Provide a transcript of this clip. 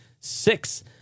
Six